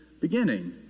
beginning